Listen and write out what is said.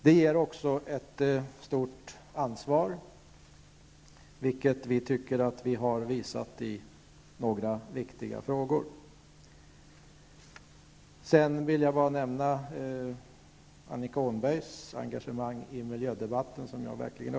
Det ger också ett stort ansvar, vilket vi tycker att vi har visat i några viktiga frågor. Annika Åhnbergs engagemang i miljödebatten uppskattar jag verkligen.